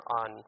on